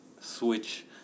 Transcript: switch